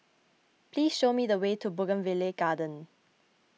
please show me the way to Bougainvillea Garden